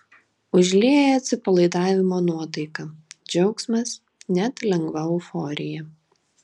užlieja atsipalaidavimo nuotaika džiaugsmas net lengva euforija